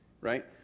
right